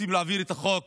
רוצים להעביר את חוק